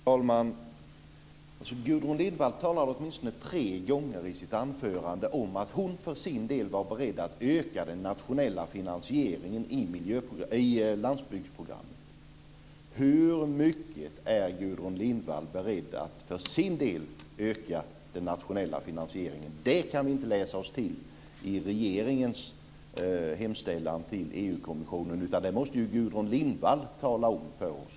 Fru talman! Gudrun Lindvall talade åtminstone tre gånger i sitt anförande om att hon för sin del var beredd att öka den nationella finansieringen i landsbygdsprogrammet. Hur mycket är Gudrun Lindvall beredd att för sin del öka den nationella finansieringen? Det kan vi inte läsa oss till i regeringens hemställan till EU-kommissionen. Det måste ju Gudrun Lindvall tala om för oss.